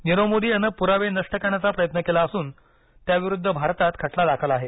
नीरव मोदी यानं पुरावे नष्ट करण्याचा प्रयत्न केला असून त्याविरुद्ध भारतात खटला दाखल आहे